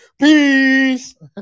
Peace